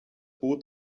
boot